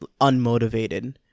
unmotivated